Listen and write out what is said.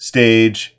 Stage